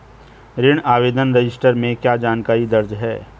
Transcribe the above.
ऋण आवेदन रजिस्टर में क्या जानकारी दर्ज है?